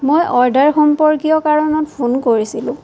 মই অৰ্ডাৰ সম্পৰ্কীয় কাৰণত ফোন কৰিছিলোঁ